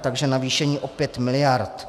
Takže navýšení o 5 miliard.